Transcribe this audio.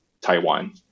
Taiwan